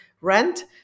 rent